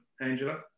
Angela